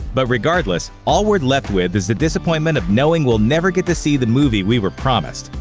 but regardless, all we're left with is the disappointment of knowing we'll never get to see the movie we were promised.